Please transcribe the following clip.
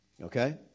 Okay